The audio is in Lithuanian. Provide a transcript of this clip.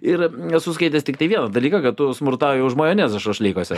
ir esu skaitęs tiktai vieną dalyką kad tu smurtauji už majonezą šašlykuose